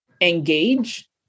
engage